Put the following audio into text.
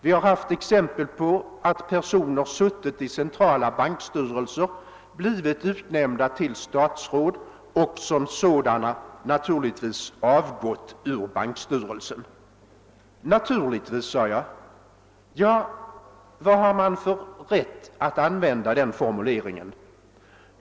Vi har haft exempel på att personer suttit i centrala bankstyrelser, blivit utnämnda till statsråd och som sådana »naturligtvis» avgått ur bankstyrelsen. Naturligtvis, sade jag. Ja, vad har man för rätt att använda den formuleringen?